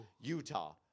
Utah